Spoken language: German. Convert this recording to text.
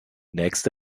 nächste